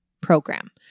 program